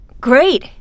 Great